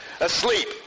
asleep